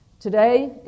Today